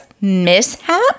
mishap